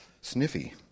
sniffy